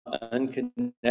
unconnected